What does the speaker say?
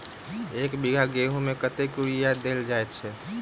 एक बीघा गेंहूँ मे कतेक यूरिया देल जाय छै?